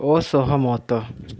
ଅସହମତ